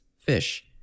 fish